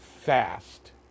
fast